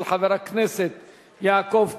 של חבר הכנסת יעקב כץ,